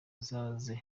azabaze